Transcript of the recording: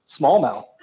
smallmouth